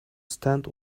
stand